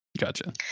Gotcha